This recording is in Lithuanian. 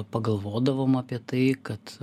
pagalvodavom apie tai kad